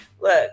Look